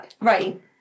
Right